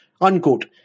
unquote